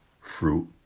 fruit